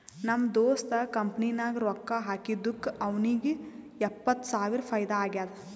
ನಮ್ ದೋಸ್ತ್ ಕಂಪನಿ ನಾಗ್ ರೊಕ್ಕಾ ಹಾಕಿದ್ದುಕ್ ಅವ್ನಿಗ ಎಪ್ಪತ್ತ್ ಸಾವಿರ ಫೈದಾ ಆಗ್ಯಾದ್